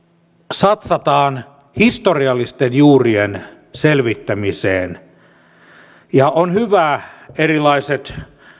satsataan historiallisten juurien selvittämiseen erilaiset